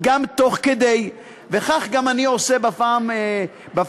גם תוך כדי, וכך גם אני עושה בפעם הזו,